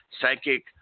Psychic